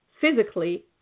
physically